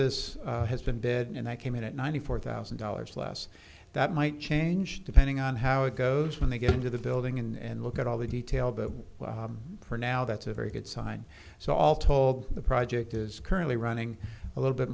festus has been dead and i came in at ninety four thousand dollars last that might change depending on how it goes when they get into the building and look at all the detail but for now that's a very good sign so all told the project is currently running a little bit